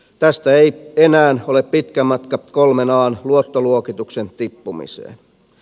tästä ei enää ole pitkä matka kolmen an luottoluokituksen tippumiseen